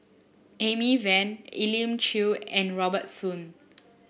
Amy Van Elim Chew and Robert Soon